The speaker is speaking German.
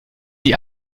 die